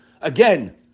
Again